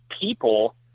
people